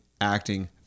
acting